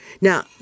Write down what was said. Now